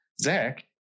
Zach